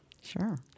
Sure